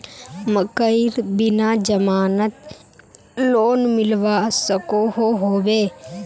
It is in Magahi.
मकईर बिना जमानत लोन मिलवा सकोहो होबे?